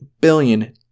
billion